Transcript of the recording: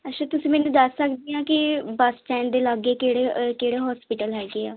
ਅੱਛਾ ਤੁਸੀਂ ਮੈਨੂੰ ਦੱਸ ਸਕਦੇ ਆ ਕਿ ਬਸ ਸਟੈਂਡ ਦੇ ਲਾਗੇ ਕਿਹੜੇ ਕਿਹੜੇ ਹੋਸਪੀਟਲ ਹੈਗੇ ਆ